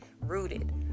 rooted